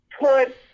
Put